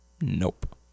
Nope